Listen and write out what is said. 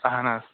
اہن حظ